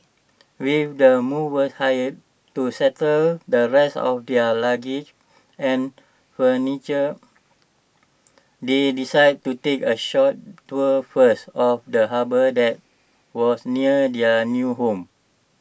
with the movers hired to settle the rest of their luggage and furniture they decided to take A short tour first of the harbour that was near their new home